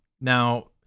now